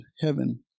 heaven